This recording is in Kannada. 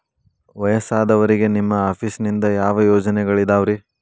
ವಯಸ್ಸಾದವರಿಗೆ ನಿಮ್ಮ ಆಫೇಸ್ ನಿಂದ ಯಾವ ಯೋಜನೆಗಳಿದಾವ್ರಿ?